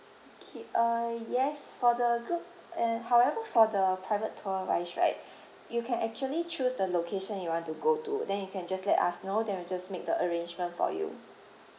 okay uh yes for the group uh however for the private tour wise right you can actually choose the location you want to go to then you can just let us know then we just make the arrangement for you